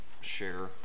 share